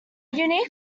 unique